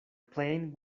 playing